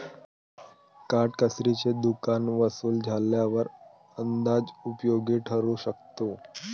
काटकसरीचे दुकान वसूल झाल्यावर अंदाज उपयोगी ठरू शकतो